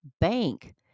bank